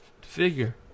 figure